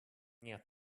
нет